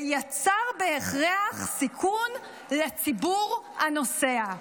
ויצר בהכרח סיכון לציבור הנוסע.